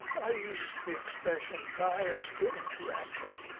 i use the expression biased interaction.